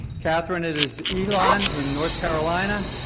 catherine is elon in north carolina,